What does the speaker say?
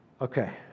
okay